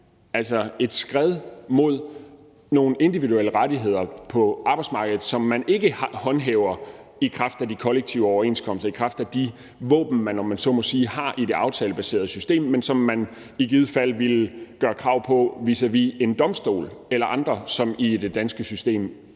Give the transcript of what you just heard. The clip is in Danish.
i retning af nogle individuelle rettigheder på arbejdsmarkedet, som man ikke håndhæver i kraft af de kollektive overenskomster, i kraft af de våben, man, om man så må sige, har i det aftalebaserede system, men som man i givet fald ville gøre krav på vis a vis en domstol eller andre, og som i det danske system